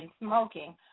smoking